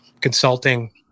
consulting